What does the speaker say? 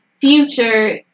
Future